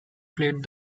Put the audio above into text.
played